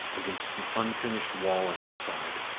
against the unfinished wall at his side.